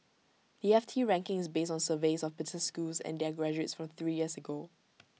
the F T ranking is based on surveys of business schools and their graduates from three years ago